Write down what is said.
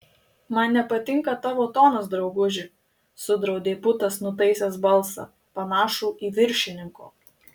man nepatinka tavo tonas drauguži sudraudė putas nutaisęs balsą panašų į viršininko